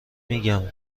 میگم